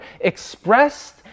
expressed